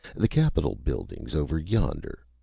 the capital building's over yonder,